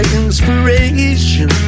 inspiration